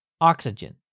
Oxygen